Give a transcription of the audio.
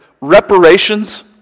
Reparations